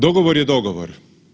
Dogovor je dogovor.